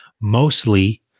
mostly